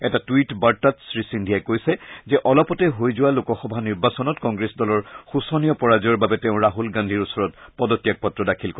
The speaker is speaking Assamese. এটা টুইট বাৰ্তাত শ্ৰীসিদ্ধিয়াই কৈছে যে অলপতে হৈ যোৱা লোকসভা নিৰ্বাচনত কংগ্ৰেছ দলৰ শোচনীয় পৰাজয়ৰ বাবে তেওঁ ৰাছল গান্ধীৰ ওচৰত পদত্যাগ পত্ৰ দাখিল কৰে